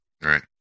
right